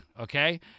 okay